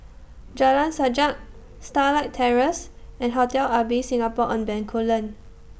Jalan Sajak Starlight Terrace and Hotel Ibis Singapore on Bencoolen